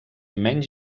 menys